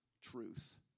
truth